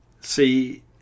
See